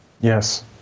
Yes